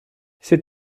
ces